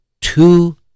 two